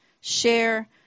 Share